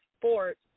sports